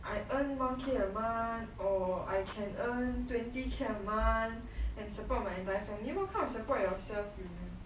I earn one K a month or I can earn twenty K a month and support of my entire family what kind of support yourself you mean